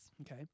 Okay